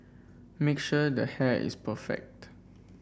make sure the hair is perfect